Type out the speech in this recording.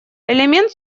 элемент